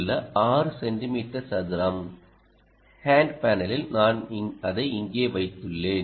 உள்ள 6 சென்டிமீட்டர் சதுரம் ஹேண்ட் பேனலில் நான் அதை இங்கே வைத்துள்ளேன்